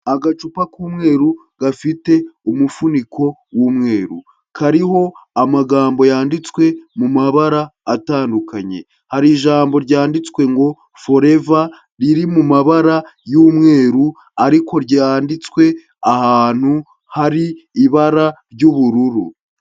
Agacupa k'umweru gafite umufuniko w'umweru, kariho amagambo yanditswe mu mabara atandukanye, hari ijambo ryanditswe ngo foreva riri mu mabara y'umweru ariko ryanditswe ahantu hari ibara ry'ubururu.